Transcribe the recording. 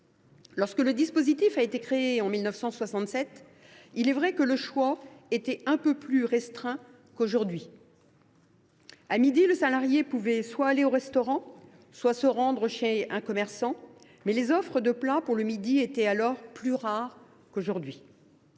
Lorsque le dispositif a été créé en 1967, il est vrai que le choix était un peu plus restreint qu’aujourd’hui : à midi, le salarié pouvait soit aller au restaurant, soit se rendre chez un commerçant, mais les offres de plats pour le déjeuner étaient alors plus rares qu’aujourd’hui.